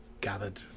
gathered